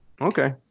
okay